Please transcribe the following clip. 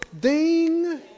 ding